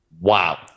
wow